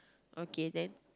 okay then